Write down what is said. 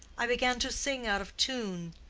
i began to sing out of tune.